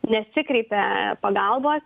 nesikreipia pagalbos